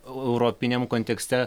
europiniam kontekste